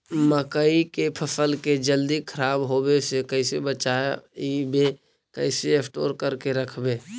मकइ के फ़सल के जल्दी खराब होबे से कैसे बचइबै कैसे स्टोर करके रखबै?